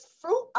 fruit